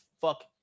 fuck